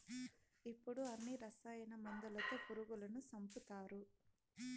ఇప్పుడు అన్ని రసాయన మందులతో పురుగులను సంపుతారు